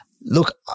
look